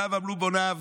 שווא עמלו בוניו,